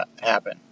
Happen